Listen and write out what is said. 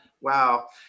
Wow